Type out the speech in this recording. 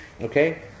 Okay